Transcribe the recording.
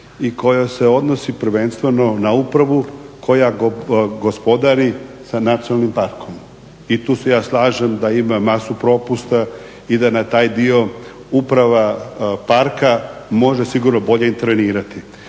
i koja je odnosi prvenstveno na upravu koja gospodari sa nacionalnim parkom i tu se ja slažem da ima masu propusta i da na taj dio uprava parka može sigurno bolje intervenirati.